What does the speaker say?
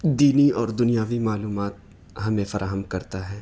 دینی اور دنیاوی معلومات ہمیں فراہم کرتا ہے